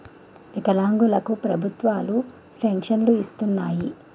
వికలాంగులు కు ప్రభుత్వాలు పెన్షన్ను ఇస్తున్నాయి